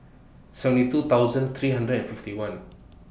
seven two thousand three hundred and fifty one